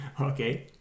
Okay